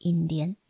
Indian